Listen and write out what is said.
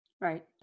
Right